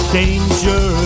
danger